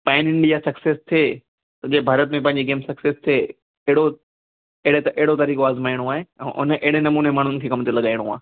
pan India success थिए सॼे भारत में पंहिंजी गेम सक्सेस थिए एड़ो अहिड़े त अहिड़ो तरीक़ो आज़माइणो आहे ऐं उन अहिड़े नमूने माण्हुनि खे कमु ते लॻाइणो आहे